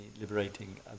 liberating